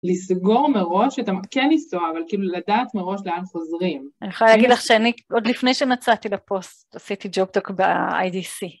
לסגור מראש את ה... כן לנסוע, אבל כאילו, לדעת מראש לאן חוזרים. אני חייבה להגיד לך שאני, עוד לפני שנצאתי לפוסט, עשיתי ג'וקטוק ב-IDC.